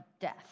death